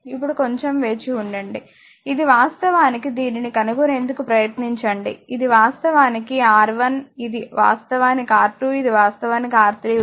ఇప్పుడుకొంచం వేచివుండండి ఇది వాస్తవానికి దీనిని కనుగొనేందుకు ప్రయత్నించండి ఇది వాస్తవానికి R1 ఇది వాస్తవానికి R2 ఇది వాస్తవానికి R3 ఉంది